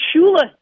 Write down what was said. Shula